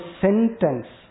sentence